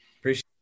Appreciate